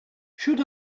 should